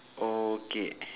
okay